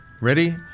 Ready